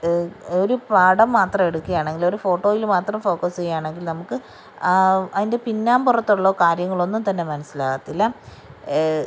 ഒരു പടം മാത്രം എടുക്കുകയാണെങ്കിൽ ഒരു ഫോട്ടയിൽ മാത്രം ഫോക്കസ് ചെയ്യുകയാണെങ്കിൽ നമുക്ക് അതിൻ്റെ പിന്നാമ്പുറത്തുള്ള കാര്യങ്ങൾ ഒന്നും തന്നെ മനസ്സിലാവത്തില്ല